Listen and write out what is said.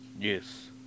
Yes